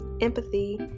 empathy